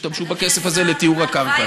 ישתמשו בכסף הזה לטיהור הקרקע.